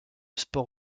sport